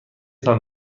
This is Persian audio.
تان